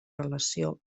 relació